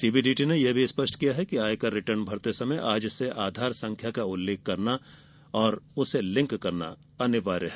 CBDT ने यह भी स्पष्ट किया है कि आयकर रिटर्न भरते समय आज से आधार संख्या का उल्लेख करना और उसे लिंक करना अनिवार्य है